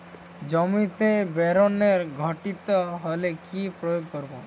জমিতে বোরনের ঘাটতি হলে কি প্রয়োগ করব?